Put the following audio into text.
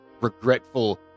regretful